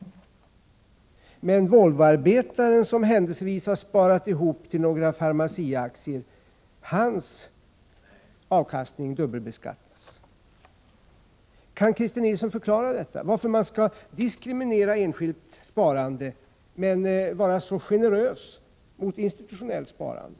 Om däremot en Volvoarbetare händelsevis sparat ihop till några Pharmaciaaktier dubbelbeskattas hans avkastning. Kan Christer Nilsson förklara varför man skall Nr 129 diskriminera enskilt sparande men vara så generös mot institutionellt Torsdagen den sparande?